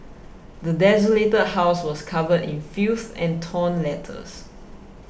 the desolated house was covered in filth and torn letters